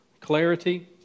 clarity